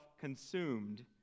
consumed